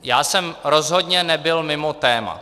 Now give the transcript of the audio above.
Já jsem rozhodně nebyl mimo téma.